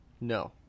No